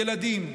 ילדים.